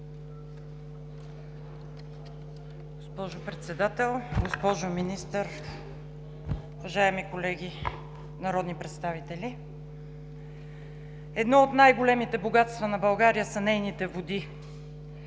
Госпожо Председател, госпожо Министър, уважаеми колеги народни представители! Едно от най-големите богатства на България са нейните води,